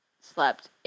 slept